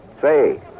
Say